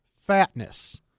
Fatness